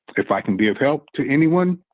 if i can be of help to anyone,